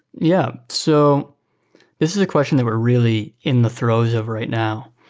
yeah. so this is a question that we're really in the throes of right now,